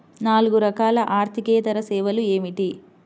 నాలుగు రకాల ఆర్థికేతర సేవలు ఏమిటీ?